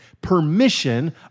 Permission